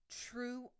true